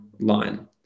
Line